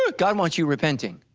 ah god wants you repenting.